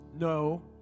No